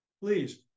please